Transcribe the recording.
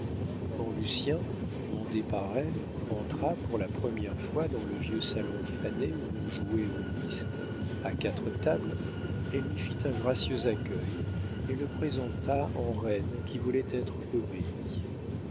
quand lucien mandé par elle entra pour la première fois dans le vieux salon fané où l'on jouait au whist à quatre tables elle lui fit un gracieux accueil et le présenta en reine qui voulait être obéie